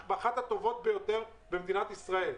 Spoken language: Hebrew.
אחת הטובות ביותר במדינת ישראל.